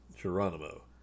Geronimo